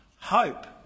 hope